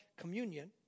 communion